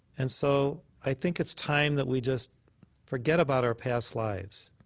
and so i think it's time that we just forget about our past lives.